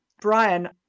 Brian